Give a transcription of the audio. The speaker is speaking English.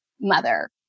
mother